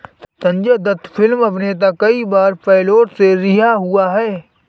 Sanjay Dutt film अभिनेता कई बार पैरोल से रिहा हुए हैं